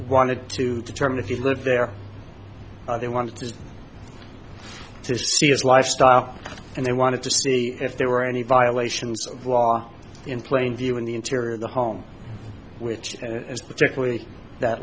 wanted to determine if you live there they wanted to see his lifestyle and they wanted to see if there were any violations of law in plain view in the interior of the home which is particularly that